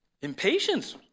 impatience